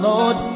Lord